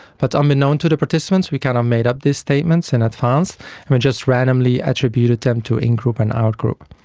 but unbeknown to the participants we kind of made up these statements in advance and just randomly attributed them to in-group and out-group.